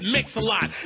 Mix-a-lot